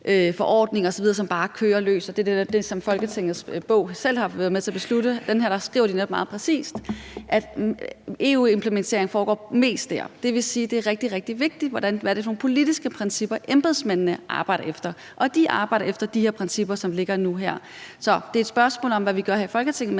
forordninger osv., som bare kører løs, og det er netop det, som man ifølge Folketingets bog selv har været med til at beslutte. For der skriver man netop meget præcist, at en EU-implementering mest foregår der, og det vil sige, at det er rigtig, rigtig vigtigt, hvad det er for nogle politiske principper, embedsmændene arbejder efter, og de arbejder efter de principper, som nu ligger her. Så det er et spørgsmål om, hvad vi gør her i Folketinget,